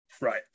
Right